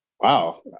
wow